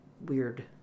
weird